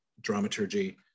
dramaturgy